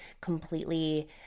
completely